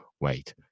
wait